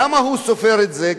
למה הוא סופר את זה?